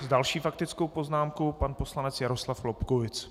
S další faktickou poznámkou pan poslanec Jaroslav Lobkowicz.